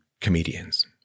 comedians